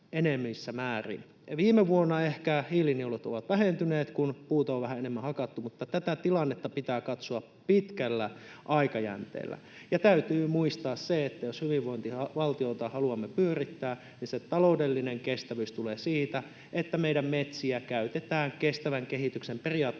Viime vuonna ehkä hiilinielut ovat vähentyneet, kun puuta on vähän enemmän hakattu, mutta tätä tilannetta pitää katsoa pitkällä aikajänteellä. Ja täytyy muistaa se, että jos hyvinvointivaltiota haluamme pyörittää, niin se taloudellinen kestävyys tulee siitä, että meidän metsiä käytetään kestävän kehityksen periaatteitten